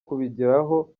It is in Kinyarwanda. kubigeraho